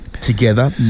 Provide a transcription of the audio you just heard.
together